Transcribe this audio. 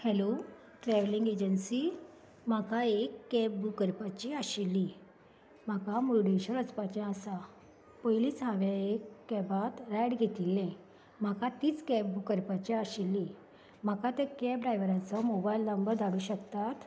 hello travelling agency म्हाका एक cab book करपाची आशिल्ली म्हाका मुरडेश्वर वचपाचें आसा पयरूच हावें एका कॅबाक रायड घेतिल्ली म्हाका तीच कॅब बुक करपाची आशिल्ली म्हाका ते कॅब ड्रायव्हराचो मोबायल नंबर धाडूं शकतात